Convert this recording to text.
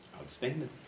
Outstanding